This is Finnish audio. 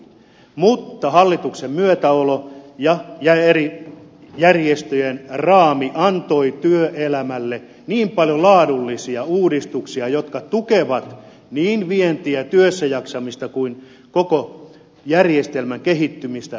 mutta hallituksen myötäolo ja eri järjestöjen raamit antoivat työelämälle paljon laadullisia uudistuksia jotka tukevat niin vientiä työssäjaksamista kuin koko järjestelmän kehittymistä ne olivat se naula joka veti